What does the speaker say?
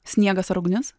sniegas ar ugnis